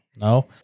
No